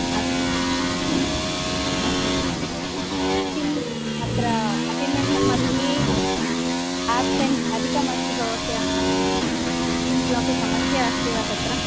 अस्तु अस्तु किम् अत्र अटेण्डेन्स् मध्ये आब्सेण्ट् अधिकमस्ति भवत्याः किं किमपि समस्या अस्ति वा तत्र